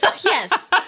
Yes